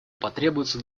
потребуется